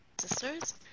sisters